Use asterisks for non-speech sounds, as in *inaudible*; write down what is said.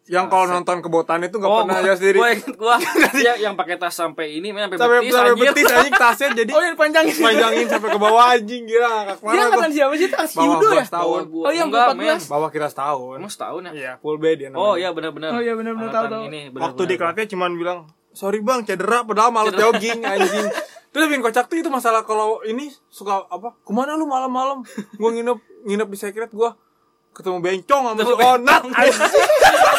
Yang kalau Tas- nonton kebotanan itu nggak Oh, pernah, ya, gua- sendiri. gua ingat gua. *laughs* Iya, yang pakai tas sampai ini, men, sampai Sampai- betis, sampai anjing. betis, anjing, tasnya jadi- Oh, iya, dipanjangin. dipanjangin sampai ke bawah, anjing, gila, nggak Dia kemana angkatan gua. siapa sih, tas? Bawah Yudo gua ya? setahun. Oh, iya, Bawah kira setahun. yang Iya, keempat full belas. bed dia namanya. Oh, iya, benar-benar. Waktu di Angkatan ini, benar-benar. kelasnya cuman bilang, "Sorry, Bang, cedera, padahal malam Cedera. jogging, anjing." *laughs* Terus Vin Kocak tuh itu masalah kalau ini suka apa, "Kemana lu malam-malam?" Gua nginep- nginep di secret, gua ketemu bencong sama Ketemu si Onat, bencong. anjing. *laughs*